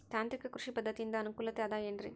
ತಾಂತ್ರಿಕ ಕೃಷಿ ಪದ್ಧತಿಯಿಂದ ಅನುಕೂಲತೆ ಅದ ಏನ್ರಿ?